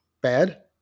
bad